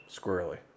squirrely